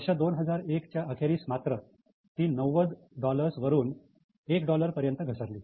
वर्ष 2001 च्या अखेरीस मात्र ती 90 डॉलर्स वरून एक डॉलर पर्यंत घसरली